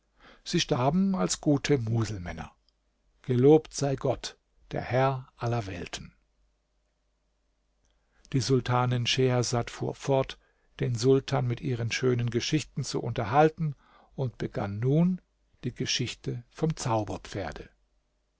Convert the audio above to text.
sie starben als gute muselmänner gelobt sei gott der herr aller welten die sultanin schehersad fuhr fort den sultan mit ihren schönen geschichten zu unterhalten und begann nun die geschichte vom